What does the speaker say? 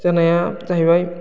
जानाया जाहैबाय